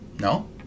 No